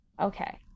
Okay